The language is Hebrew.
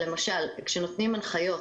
כשנותנים הנחיות